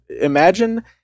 imagine